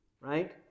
right